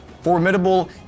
Formidable